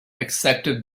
accepted